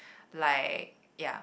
like ya